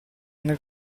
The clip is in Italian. nel